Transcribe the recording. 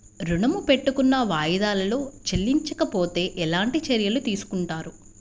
ఋణము పెట్టుకున్న వాయిదాలలో చెల్లించకపోతే ఎలాంటి చర్యలు తీసుకుంటారు?